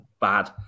bad